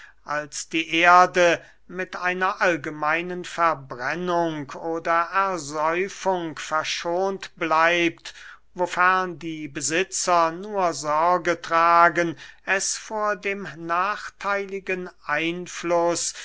als die erde mit einer allgemeinen verbrennung oder ersäufung verschont bleibt wofern die besitzer nur sorge tragen es vor dem nachtheiligen einfluß